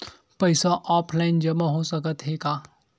पईसा ऑनलाइन जमा हो साकत हे का?